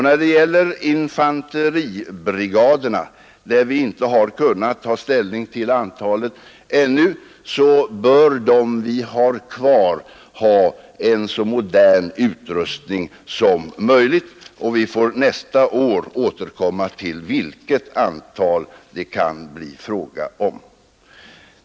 När det gäller infanteribrigaderna har vi inte ännu kunnat ta ställning till antalet. De som skall finnas kvar bör ha en så modern utrustning som möjligt. Vi får nästa år återkomma till vilket antal det kan bli fråga om.